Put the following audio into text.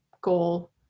goal